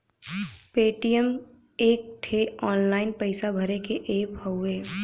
Paytm एक ठे online पइसा भरे के ऐप हउवे